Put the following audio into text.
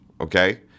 okay